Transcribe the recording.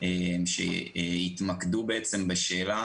שהתמקדו בשאלה